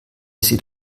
sieht